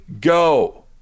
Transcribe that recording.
go